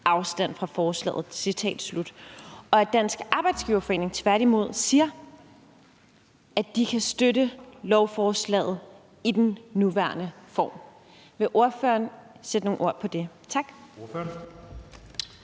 afstand fra forslaget.« Dansk Arbejdsgiverforening siger tværtimod, at de kan støtte lovforslaget den nuværende form. Vil ordføreren sætte nogle ord på det? Kl. 10:55 Anden